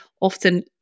often